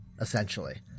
essentially